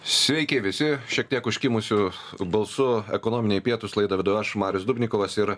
sveiki visi šiek tiek užkimusiu balsu ekonominiai pietūs laidą vedu aš marius dubnikovas ir